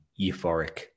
euphoric